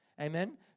Amen